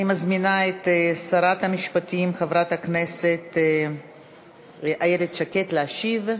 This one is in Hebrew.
אני מזמינה את שרת המשפטים חברת הכנסת איילת שקד להשיב.